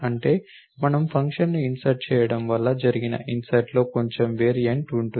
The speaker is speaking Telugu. అంటే మనం ఫంక్షన్ని ఇన్సర్ట్ చేయడం వల్ల జరిగిన ఇన్సర్ట్లో కొంచెం వేరియంట్ ఉంటుంది